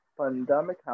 pandemic